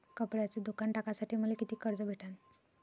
कपड्याचं दुकान टाकासाठी मले कितीक कर्ज भेटन?